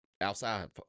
outside